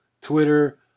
Twitter